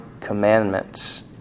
commandments